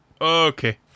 Okay